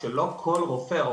או שלא כל רופא,